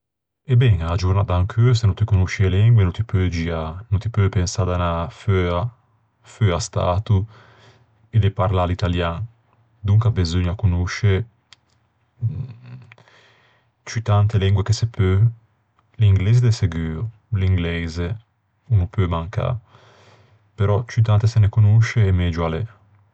E ben, a-a giornâ d'ancheu se no ti conosci e lengue no ti peu giâ. No ti peu pensâ d'anâ feua, feua stato, e de parlâ l'italian. Donca beseugna conosce ciù tante lengue che se peu. L'ingleise de seguo. L'ingleise o no peu mancâ. Però ciù tante se ne conosce e megio a l'é.